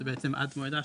שזה בעצם עד מועד ההשקעה,